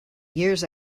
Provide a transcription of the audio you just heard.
years